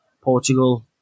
Portugal